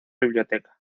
biblioteca